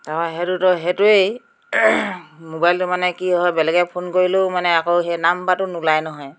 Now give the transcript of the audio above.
তাপা সেইটোতো সেইটোৱেই মোবাইলটো মানে কি হয় বেলেগে ফোন কৰিলেও মানে আকৌ সেই নাম্বাৰটো নোলায় নহয়